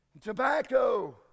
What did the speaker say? tobacco